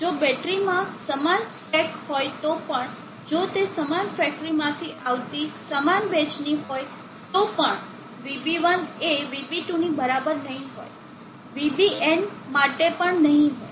જો બેટરીમાં સમાન સ્પેક હોય તો પણ જો તે સમાન ફેક્ટરીમાંથી આવતી સમાન બેચની હોય તો પણ VB1 એ VB2 ની બરાબર નહીં હોય VBn માટે પણ નહીં હોય